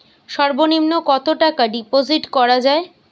সর্ব নিম্ন কতটাকা ডিপোজিট করা য়ায়?